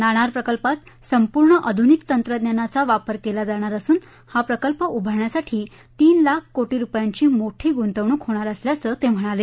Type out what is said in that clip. नाणार प्रकल्पात संपूर्ण आधूनिक तंत्रज्ञानाचा वापर केला जाणार असून हा प्रकल्प उभारण्यासाठी तीन लाख कोटी रुपयांची मोठी गुंतवणूक होणार असल्याचं ते म्हणाले